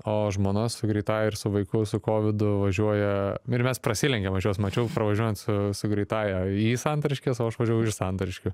o žmona su greitaja ir su vaiku su kovidu važiuoja ir mes prasilenkėm aš juos mačiau pravažiuojant su greitąja į santariškes o aš važiavau iš santariškių